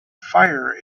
fire